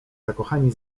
zakochani